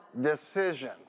decision